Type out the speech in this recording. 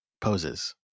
poses